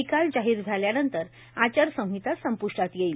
निकाल जाहीर झाल्यानंतर आचारसंहिता संप्ष्टात येईल